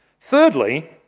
Thirdly